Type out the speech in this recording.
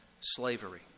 slavery